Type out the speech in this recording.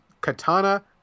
Katana